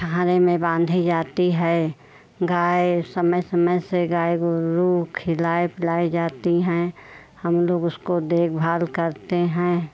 छाहने में बाँधी जाती है गाय समय समय से गाय गोरू खिलाए पिलाए जाती हैं हम लोग उसको देखभाल करते हैं